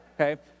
okay